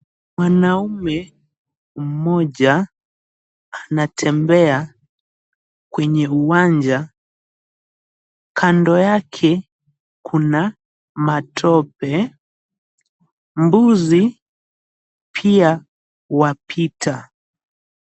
Mwanaume mmoja anatembea kwenye uwanja. Kando yake kuna matope. Mbuzi pia wapita.